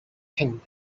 thing